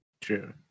True